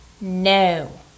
no